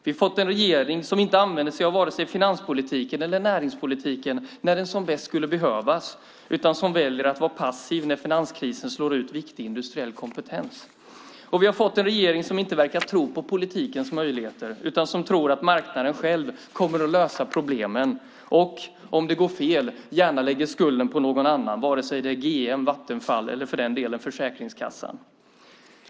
Vi har fått en regering som inte använder sig av vare sig finanspolitiken eller näringspolitiken när den som bäst skulle behövas utan som väljer att vara passiv när finanskrisen slår ut viktig industriell kompetens. Vi har fått en regering som inte verkar tro på politikens möjligheter utan tror att marknaden själv kommer att lösa problemen och om det går fel gärna lägger skulden på någon annan, vare sig det är GM, Vattenfall eller för den delen Försäkringskassan.